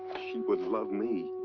she would love me,